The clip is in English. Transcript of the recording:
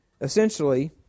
essentially